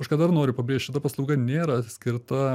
aš ką dar noriu pabrėžti šita paslauga nėra skirta